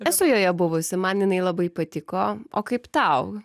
esu joje buvusi man jinai labai patiko o kaip tau